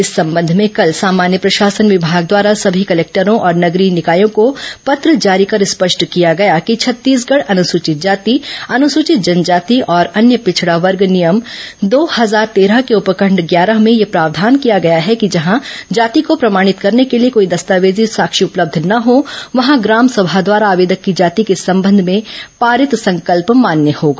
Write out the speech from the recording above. इस संबंध में कल सामान्य प्रशासन विभाग द्वारा सभी कलेक्टरों और नगरीय निकायों को पत्र जारी कर स्पष्ट किया गया कि छत्तीसगढ़ अनुसूचित जाति अनुसूचित जनजाति और अन्य पिछड़ा वर्ग नियम दो हजार तेरह के उपखंड ग्यारह में यह प्रावधान किया गया है कि जहां जाति को प्रमाणित करने के लिए कोई दस्तावेजी साक्ष्य उपलब्ध न हों वहां ग्राम सभा द्वारा आवेदक की जाति के संबंध में पारित संकल्प मान्य होगा